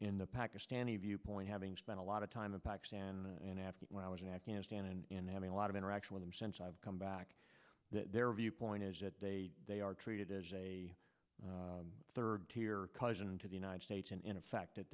the pakistani viewpoint having spent a lot of time in pakistan and after when i was in afghanistan and in having a lot of interaction with them since i've come back their viewpoint is that they they are treated as a third tier cousin to the united states and in fact